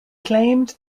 claimed